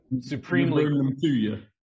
supremely